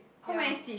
ya